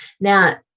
Now